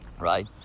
right